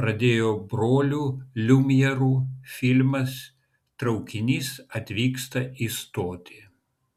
pradėjo brolių liumjerų filmas traukinys atvyksta į stotį